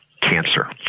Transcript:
cancer